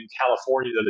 California